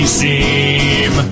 seem